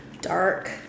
Dark